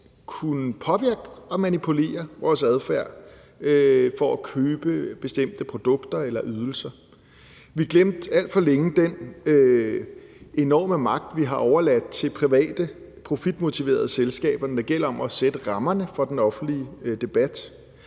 kunne påvirke og manipulere vores adfærd til at købe bestemte produkter eller ydelser. Vi glemte alt for længe den enorme magt, vi har overladt til private profitmotiverede selskaber, når det gælder om at sætte rammerne for den offentlige debat,